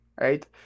right